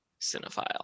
cinephile